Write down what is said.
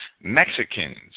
Mexicans